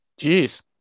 Jeez